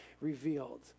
revealed